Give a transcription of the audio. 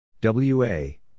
W-A